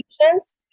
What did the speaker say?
patients